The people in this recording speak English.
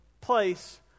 Place